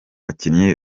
bakinnyi